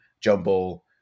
jumble